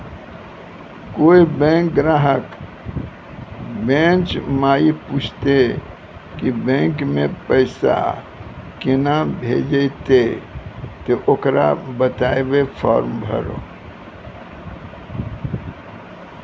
कोय बैंक ग्राहक बेंच माई पुछते की बैंक मे पेसा केना भेजेते ते ओकरा बताइबै फॉर्म भरो